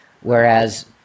whereas